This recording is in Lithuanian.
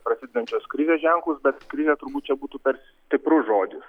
prasidedančios krizės ženklus bet krizė turbūt čia būtų per stiprus žodis